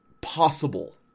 possible